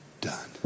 done